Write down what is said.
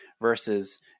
Versus